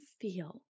feel